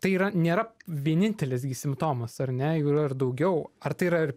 tai yra nėra vienintelis gi simptomas ar ne jų yra ir daugiau ar tai yra ir